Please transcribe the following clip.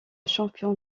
champion